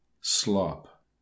Slop